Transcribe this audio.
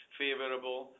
favorable